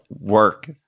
Work